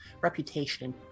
reputation